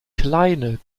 kleine